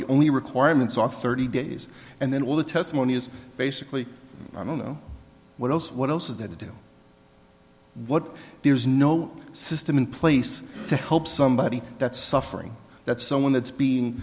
the only requirements are thirty days and then all the testimony is basically i don't know what else what else is that to do what there's no system in place to help somebody that's suffering that someone that's be